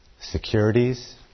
securities